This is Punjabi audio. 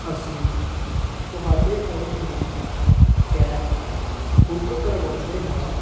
ਅਸੀਂ ਤੁਹਾਡੇ ਤੋਂ ਹੀ ਕੈਬ ਬੁੱਕ ਕਰਵਾਉਂਦੇ ਹਾਂ